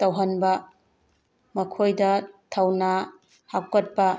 ꯇꯧꯍꯟꯕ ꯃꯈꯣꯏꯗ ꯊꯧꯅꯥ ꯍꯥꯞꯀꯠꯄ